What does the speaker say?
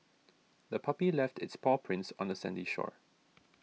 the puppy left its paw prints on the sandy shore